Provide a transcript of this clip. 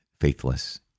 faithless